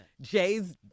Jay's